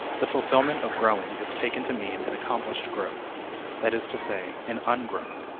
the fulfillment of growing is taken to mean an accomplished growth that is to say, an ungrowth,